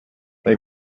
they